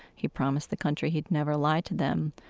he promised the country he'd never lie to them.